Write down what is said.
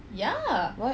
what